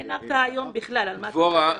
אין הרתעה היום בכלל, על מה אתה מדבר?